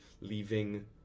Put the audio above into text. leaving